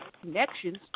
connections